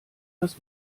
das